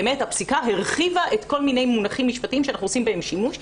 באמת הפסיקה הרחיבה כל מיני מונחים משפטיים שאנחנו עושים בהם שימוש.